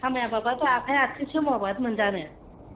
खामायाब्लाबो आथिं आखाइ सोमावाबानो मोनजानो